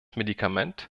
medikament